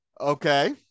Okay